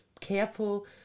careful